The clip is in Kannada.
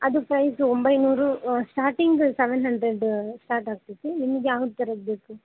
ಅದು ಸೈಜು ಒಂಬೈನೂರು ಸ್ಟಾರ್ಟಿಂಗ್ ಸವೆನ್ ಹಂಡ್ರೆಡ್ ಸ್ಟಾರ್ಟ್ ಆಗ್ತೈತಿ ನಿಮ್ಗೆ ಯಾವ ಥರದ್ದು ಬೇಕು